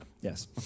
yes